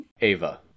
Ava